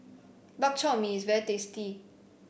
Bak Chor Mee is very tasty